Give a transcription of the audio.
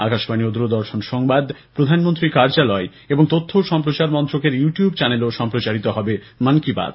আকাশবাণী ও দূরদর্শন সংবাদ প্রধানমন্ত্রী কার্যালয় এবং তথ্য সম্প্রচার মন্ত্রকের ইউটিউব চ্যানেলেও সম্প্রচারিত হবে মন কি বাত